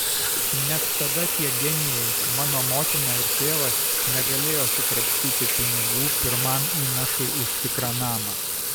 net tada tie genijai mano motina ir tėvas negalėjo sukrapštyti pinigų pirmam įnašui už tikrą namą